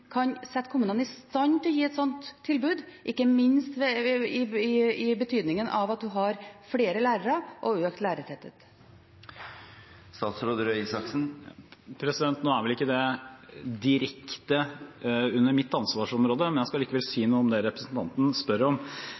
kan sette kommunene i stand til å gi et slikt tilbud, ikke minst i betydningen av at man har flere lærere og økt lærertetthet? Nå er vel ikke det direkte under mitt ansvarsområde, men jeg skal likevel si noe om det representanten spør om.